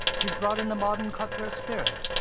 he's brought in the modern cutthroat spirit.